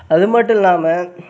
அது மட்டும் இல்லாமல்